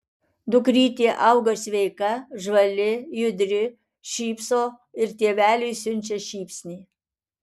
dukrytė auga sveika žvali judri šypso ir tėveliui siunčia šypsnį